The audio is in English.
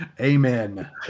Amen